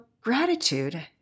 gratitude